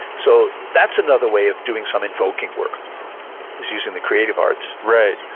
so that's another way of doing some invoking work is using the creative arts right.